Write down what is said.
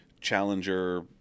Challenger